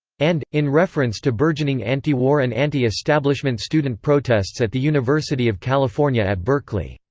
and, in reference to burgeoning anti-war and anti-establishment student protests at the university of california at berkeley,